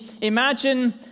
imagine